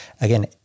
again